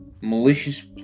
malicious